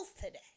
today